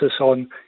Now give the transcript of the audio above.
on